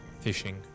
fishing